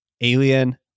Alien